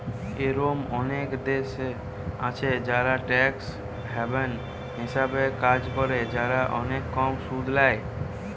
এরোম অনেক দেশ আছে যারা ট্যাক্স হ্যাভেন হিসাবে কাজ করে, যারা অনেক কম সুদ ল্যায়